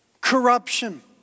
corruption